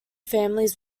families